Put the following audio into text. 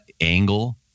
angle